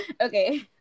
Okay